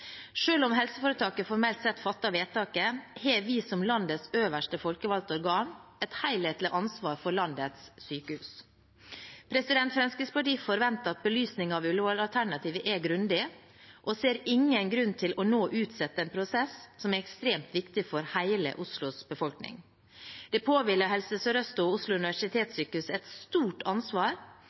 om helseforetaket formelt sett fatter vedtaket, har vi som landets øverste folkevalgte organ et helhetlig ansvar for landets sykehus. Fremskrittspartiet forventer at belysningen av Ullevål-alternativet er grundig og ser ingen grunn til nå å utsette en prosess som er ekstremt viktig for hele Oslos befolkning. Det påhviler Helse Sør-Øst og Oslo universitetssykehus et stort ansvar